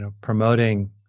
promoting